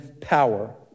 power